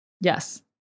yes